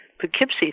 Poughkeepsie